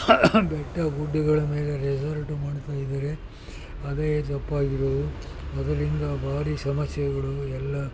ಬೆಟ್ಟ ಗುಡ್ಡಗಳ ಮೇಲೆ ರೆಝಾರ್ಟ್ ಮಾಡ್ತಾಯಿದ್ದಾರೆ ಅದೇ ಇವರು ಅದರಿಂದ ಭಾರಿ ಸಮಸ್ಯೆಗಳು ಎಲ್ಲ